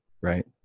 right